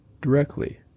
directly